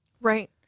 Right